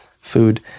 food